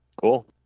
Cool